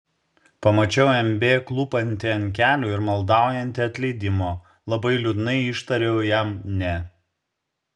pamačiau mb klūpantį ant kelių ir maldaujantį atleidimo labai liūdnai ištariau jam ne